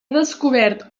descobert